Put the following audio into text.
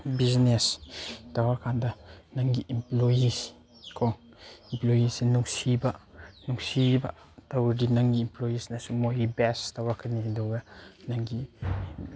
business ꯇꯧꯔꯀꯥꯟꯗ ꯅꯪꯒꯤ ꯏꯝꯄ꯭ꯂꯣꯌꯤꯁꯀꯣ ꯏꯝꯄ꯭ꯂꯣꯌꯤꯁꯦ ꯅꯨꯡꯁꯤꯕ ꯅꯨꯡꯁꯤꯕ ꯇꯧꯔꯗꯤ ꯅꯪꯒꯤ ꯏꯝꯄ꯭ꯂꯣꯌꯤꯁꯅꯁꯨ ꯃꯣꯏꯒꯤ ꯕꯦꯁ ꯇꯧꯔꯛꯀꯅꯤ ꯑꯗꯨꯒ ꯅꯪꯒꯤ